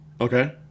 Okay